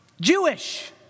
Jewish